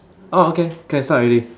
orh okay can start already